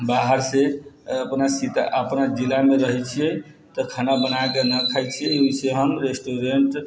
बाहरसँ अपना सीता अपना जिलामे रहय छिए तऽ खाना बनाकऽ नहि खाइ छिए ओहिसँ हम रेस्टूरेन्टसँ